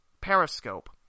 Periscope